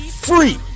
free